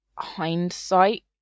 hindsight